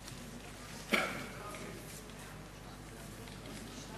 אדוני השר.